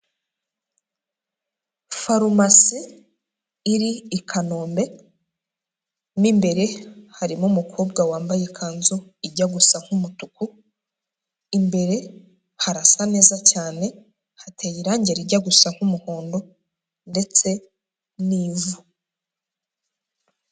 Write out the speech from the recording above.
Farumasi iri i Kanombe mu imbere harimo umukobwa wambaye ikanzu ijya gusa nk'umutuku, imbere harasa neza cyane hateye irange rijya gusa nk'umuhondo ndetse n'ivu.